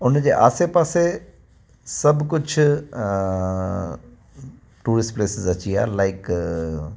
हुनजे आसे पासे सभु कुझु टुरिस्ट प्लेसिस अची विया आहिनि लाईक